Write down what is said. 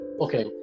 okay